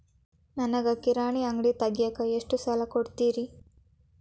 ನನಗ ಕಿರಾಣಿ ಅಂಗಡಿ ತಗಿಯಾಕ್ ಎಷ್ಟ ಸಾಲ ಕೊಡ್ತೇರಿ?